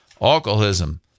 alcoholism